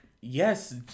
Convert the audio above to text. yes